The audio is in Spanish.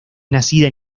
nacida